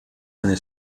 seine